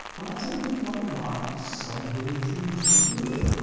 i'm not saying we might not someday choose to do it.